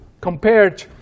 compared